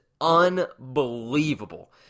unbelievable